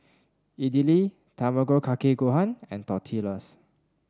Idili Tamago Kake Gohan and Tortillas